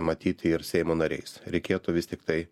matyti ir seimo nariais reikėtų vis tiktai